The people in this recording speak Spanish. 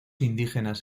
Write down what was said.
indígenas